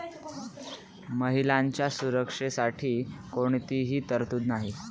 महिलांच्या सुरक्षेसाठी कोणतीही तरतूद नाही